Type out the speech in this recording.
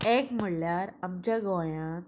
एक म्हळ्ळ्यार आमच्या गोंयांत